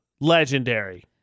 legendary